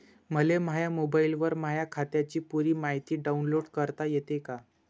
मले माह्या मोबाईलवर माह्या खात्याची पुरी मायती डाऊनलोड करता येते का?